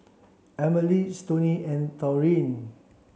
Emmalee Stoney and Taurean